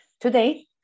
Today